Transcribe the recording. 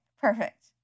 perfect